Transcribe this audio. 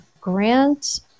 grant